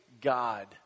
God